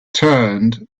turned